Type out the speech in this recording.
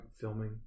filming